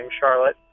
Charlotte